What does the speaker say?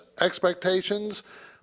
expectations